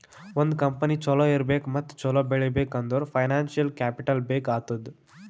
ಒಂದ್ ಕಂಪನಿ ಛಲೋ ಇರ್ಬೇಕ್ ಮತ್ತ ಛಲೋ ಬೆಳೀಬೇಕ್ ಅಂದುರ್ ಫೈನಾನ್ಸಿಯಲ್ ಕ್ಯಾಪಿಟಲ್ ಬೇಕ್ ಆತ್ತುದ್